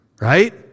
right